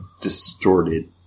distorted